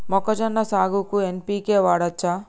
మొక్కజొన్న సాగుకు ఎన్.పి.కే వాడచ్చా?